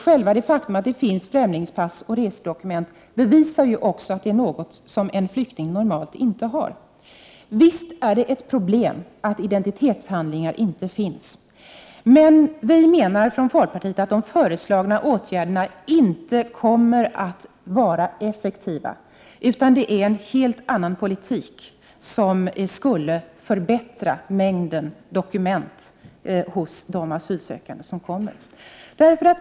Själva det faktum att det finns främlingspass och resedokument bevisar att detta är något som en flykting normalt inte har. Visst är det ett problem att identitetshandlingar inte finns. Men vi menar i folkpartiet att de föreslagna åtgärderna inte kommer att vara effektiva. Det krävs en helt annan politik för att förbättra mängden dokument hos de asylsökande som kommer.